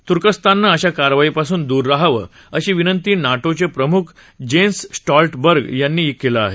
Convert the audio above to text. तुर्कस्ताननं अशा कारवाईपासून दूर रहावं अशी विनंती नाटोचे प्रमुख जेन्स स्टॉल्टनबर्ग यांनी केलं आहे